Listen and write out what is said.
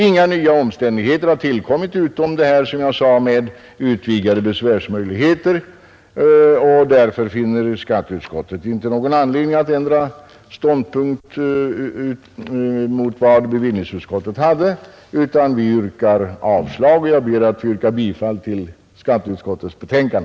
Inga nya omständigheter har tillkommit — utom, som jag nämnde, de utvidgade dispensmöjligheterna — och därför finner skatteutskottet inte någon anledning att frångå den ståndpunkt som bevillningsutskottet hade utan yrkar avslag. Jag ber att få yrka bifall till skatteutskottets hemställan.